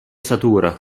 statura